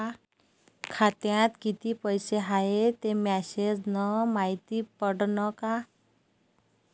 खात्यात किती पैसा हाय ते मेसेज न मायती पडन का?